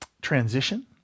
transition